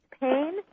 pain